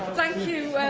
thank you,